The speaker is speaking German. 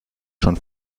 schon